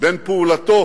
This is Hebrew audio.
בין פעולתו